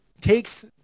takes